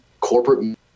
Corporate